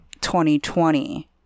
2020